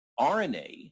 RNA